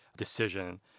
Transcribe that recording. decision